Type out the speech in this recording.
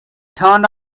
turned